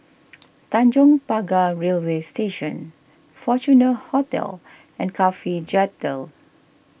Tanjong Pagar Railway Station Fortuna Hotel and Cafhi Jetty